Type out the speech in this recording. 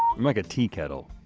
like a teakettle.